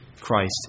Christ